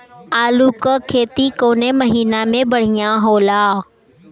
आलू क खेती कवने महीना में बढ़ियां होला?